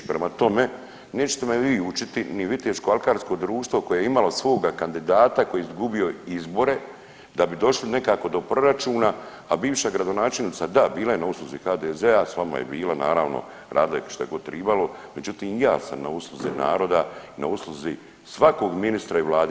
Prema tome, nećete me vi učiti ni Viteško alkarsko društvo koje je imalo svoga kandidata koji je izgubio izbore da bi došli nekako do proračuna, a bivša gradonačelnica da bila je na usluzi HDZ-a, s vama je bila naravno, radila je šta je god tribalo međutim i ja sam na usluzi naroda i na usluzi svakog ministra i vlade.